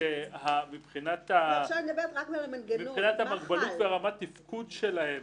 שמבחינת המוגבלות ורמת התפקוד שלהם,